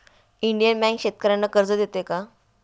Indian bank शेतकर्यांना कर्ज देते का?